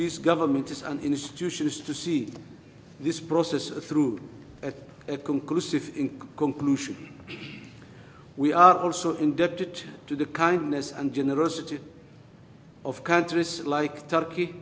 so government and institutions to see this process through at a conclusive in conclusion we are also indebted to the kindness and generosity of countries like turkey